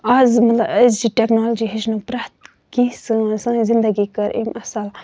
آز مطلب أزچہِ ٹیٚکنالجی ہٮ۪چھنو پرٮ۪تھ کیٚنہہ سٲنۍ سٲنۍ زِندگی کٔر أمۍ اَصٕل